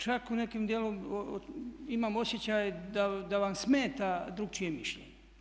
Čak u nekom djelu imam osjećaj da vam smeta drukčije mišljenje.